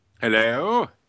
hello